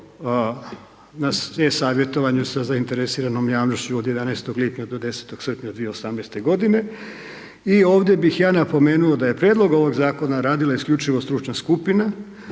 na e-savjetovanju sa zainteresiranom javnošću od 11. lipnja do 10. srpnja 2018. g. i ovdje bih ja napomenuo da je prijedlog ovog zakona radila isključivo stručna skupina